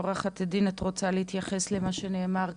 את רוצה להתייחס למה שנאמר כאן,